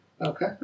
Okay